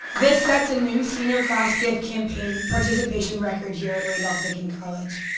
this sets a new senior class gift campaign participation record year at randolph-macon college.